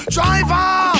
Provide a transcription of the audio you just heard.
Driver